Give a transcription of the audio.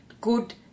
good